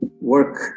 work